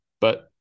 but-